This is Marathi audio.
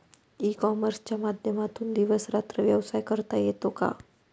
ई कॉमर्सच्या माध्यमातून दिवस रात्र व्यवसाय करता येतो का?